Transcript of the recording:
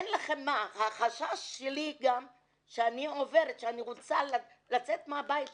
אני חוששת כשאני רוצה לצאת מהבית שלי.